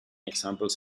examples